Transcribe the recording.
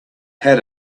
had